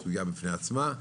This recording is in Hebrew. זו סוגיה בפני עצמה.